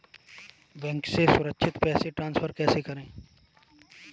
Bank से सुरक्षित पैसे ट्रांसफर कैसे करें?